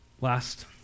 Last